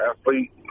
athlete